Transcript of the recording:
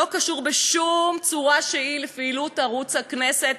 לא קשור בשום צורה שהיא לפעילות ערוץ הכנסת,